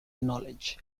knowledge